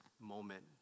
moment